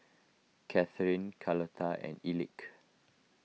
Kathryn Carlota and Elick